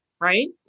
right